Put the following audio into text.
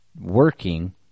working